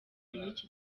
n’iki